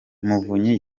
muvunyi